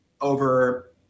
over